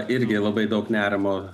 irgi labai daug nerimo